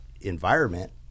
environment